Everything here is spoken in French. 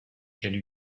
qu’elle